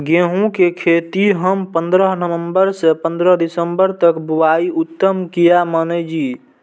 गेहूं के खेती हम पंद्रह नवम्बर से पंद्रह दिसम्बर तक बुआई उत्तम किया माने जी?